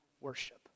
worship